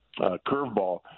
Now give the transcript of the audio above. curveball